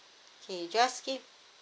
okay just keep